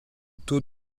taux